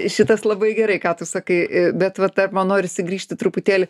šitas labai gerai ką tu sakai a bet va dar man norisi grįžti truputėlį